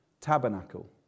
Tabernacle